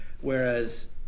Whereas